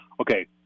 Okay